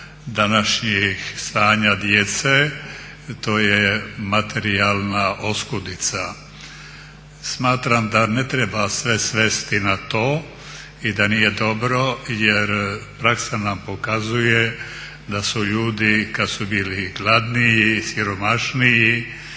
današnjih stanja djece, to je materijalna oskudica. Smatram da ne treba sve svesti na to i da nije dobro jer praksa nam pokazuje da su ljudi kad su bili gladniji i siromašniji